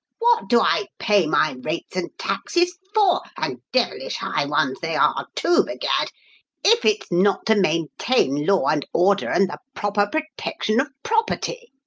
what do i pay my rates and taxes for and devilish high ones they are, too, b'gad if it's not to maintain law and order and the proper protection of property?